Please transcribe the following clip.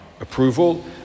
approval